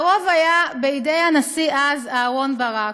הרוב היה בידי הנשיא דאז, אהרן ברק.